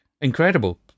incredible